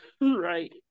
right